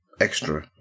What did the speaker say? extra